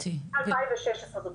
מ-2016.